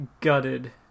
gutted